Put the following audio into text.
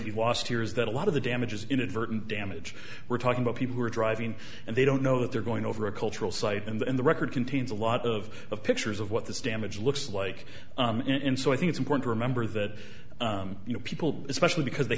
maybe last year is that a lot of the damage is inadvertent damage we're talking about people who are driving and they don't know that they're going over a cultural site and the record contains a lot of of pictures of what this damage looks like in so i think it's important to remember that you know people especially because they